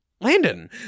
Landon